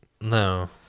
No